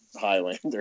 Highlander